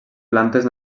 plantes